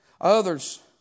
Others